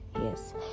yes